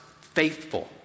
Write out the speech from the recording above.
faithful